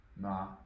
Nah